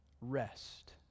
rest